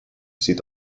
sieht